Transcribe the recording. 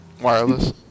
wireless